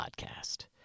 podcast